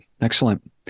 excellent